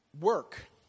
work